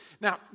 Now